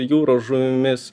jūros žuvimis